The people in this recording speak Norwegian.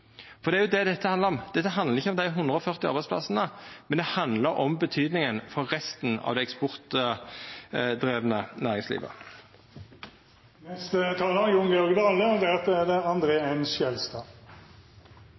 Det er det dette handlar om. Det handlar ikkje om dei 140 arbeidsplassane, det handlar om betydinga for resten av det eksportdrivne næringslivet. Etter å ha høyrt denne debatten er det